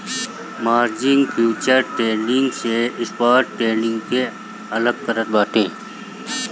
margin futures trading से spot trading के अलग करत बाटे